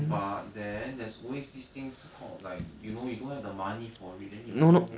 but then there's always these things called like you know you don't have the money for it then you how